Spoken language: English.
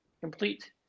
complete